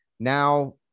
Now